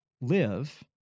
Live